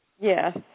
Yes